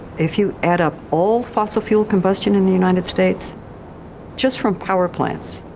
if you add up all fossil fuel combustion in the united states just from power plants,